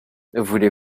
voulez